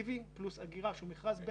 מכרז pv פלוס אגירה, שהוא מכרז בין-לאומי,